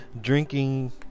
drinking